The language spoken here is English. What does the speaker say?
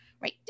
right